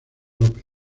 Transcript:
lópez